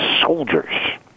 soldiers